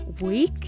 week